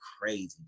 crazy